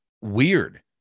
weird